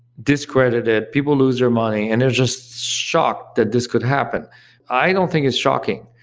discredited, people lose their money and they're just shocked that this could happen i don't think it's shocking.